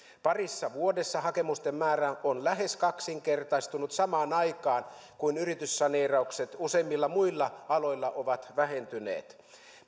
parissa vuodessa hakemusten määrä on lähes kaksinkertaistunut samaan aikaan kun yrityssaneeraukset useimmilla muilla aloilla ovat vähentyneet